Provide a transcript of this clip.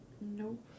Nope